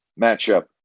matchup